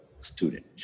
student